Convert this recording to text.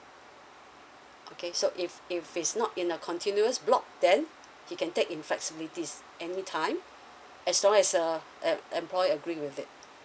okay so if if is not in a continuous block then he can take in flexibilities anytime as long as uh em~ employer agree with it